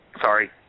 Sorry